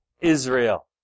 Israel